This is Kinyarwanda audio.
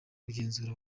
kugenzura